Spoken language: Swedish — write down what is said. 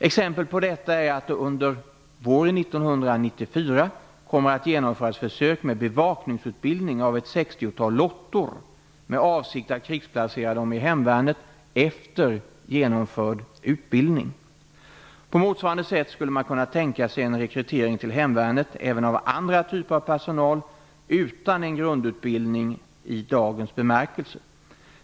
Exempel på detta är att det under våren 1994 kommer att genomföras försök med bevaknings utbildning av ett sextiotal lottor med avsikt att krigsplacera dem i hemvärnet efter genomförd ut bildning. På motsvarande sätt skulle man kunna tänka sig en rekrytering till hemvärnet även av andra typer av personal utan en grundutbildning i dagens be märkelse.